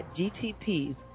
GTPs